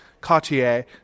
Cartier